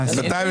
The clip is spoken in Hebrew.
התקבלה.